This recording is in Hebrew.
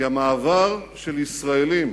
כי המעבר של ישראלים